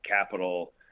capital